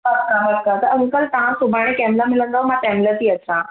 पक पक त अंकल तव्हां सुभाणे कंहिं महिल मिलंदव मां तंहिं महिल थी अचां